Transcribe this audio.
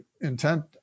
intent